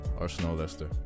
Arsenal-Leicester